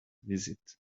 visit